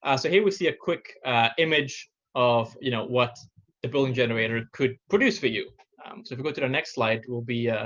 ah so here we see a quick image of you know what the building generator could produce for you. so if you go to the next slide, we'll be ah